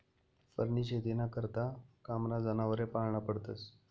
फरनी शेतीना करता कामना जनावरे पाळना पडतस